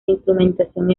instrumentación